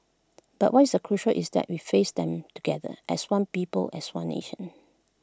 but what is the crucial is that we face them together as one people as one nation